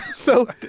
so,